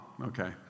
okay